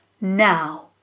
Now